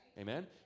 Amen